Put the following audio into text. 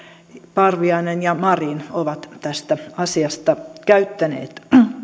parviainen ja marin ovat tästä asiasta käyttäneet